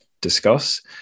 discuss